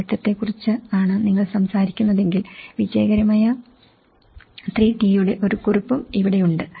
പങ്കാളിത്തത്തെക്കുറിച്ചാണ് നിങ്ങൾ സംസാരിക്കുന്നതെങ്കിൽ വിജയകരമായ 3 ടിയുടെ ഒരു കുറിപ്പും ഇവിടെയുണ്ട്